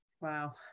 wow